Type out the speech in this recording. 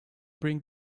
bring